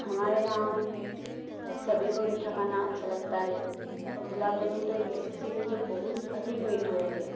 हमारे यहाँ सभी को मीठा खाना अच्छा लगता है और गुलाब जामुन तो एक ऐसी चीज है जो बहुत अधिक मीठी होती है